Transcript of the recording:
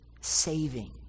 saving